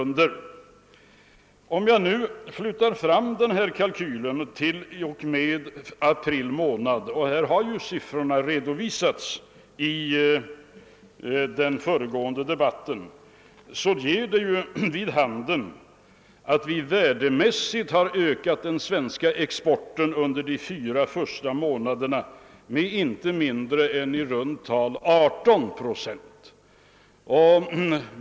Låter jag nu den här kalkylen sträcka sig fram t.o.m. april månad — siffrorna har ju redovisats tidigare i debatten — ger detta vid handen, att den svenska exporten värdemässigt ökat under de fyra första månaderna med inte mindre än i runt tal 18 procent.